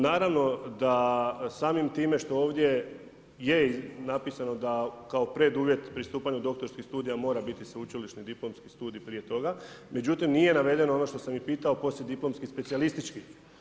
Naravno da samim time što ovdje je napisano da kao preduvjet pristupanju doktorskih studija mora biti sveučilišni diplomski studije prije toga, međutim nije navedeno ono što sam i pitao poslije, diplomski specijalistički.